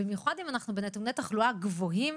במיוחד אם אנחנו בנתוני תחלואה גבוהים,